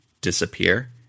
disappear